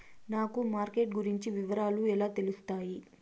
నాకు మార్కెట్ గురించి వివరాలు ఎలా తెలుస్తాయి?